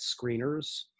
screeners